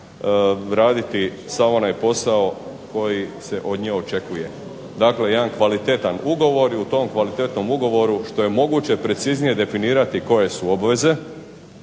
raditi sav onaj posao koji se od nje očekuje, dakle jedan kvalitetan ugovor i u tom kvalitetnom ugovoru što je moguće preciznije definirati koje su obveze